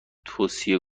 توصیه